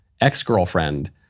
ex-girlfriend